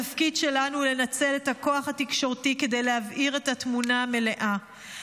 התפקיד שלנו הוא לנצל את הכוח התקשורתי כדי להבהיר את התמונה המלאה.